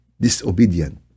disobedient